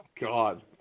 God